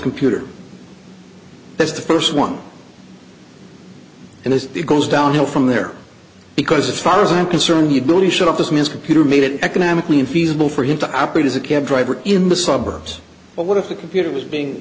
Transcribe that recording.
computer that's the first one and it goes downhill from there because as far as i'm concerned you do shut up this means computer made it economically unfeasible for him to operate as a cab driver in the suburbs but what if the computer was being